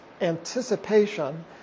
anticipation